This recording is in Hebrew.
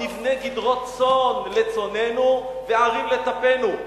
נבנה גדרות צאן לצאננו וערים לטפנו.